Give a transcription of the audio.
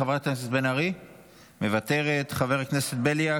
חברת הכנסת בן ארי, מוותרת, חבר הכנסת בליאק,